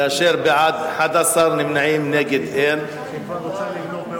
11 בעד, אין נמנעים, אין מתנגדים.